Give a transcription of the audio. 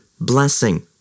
blessing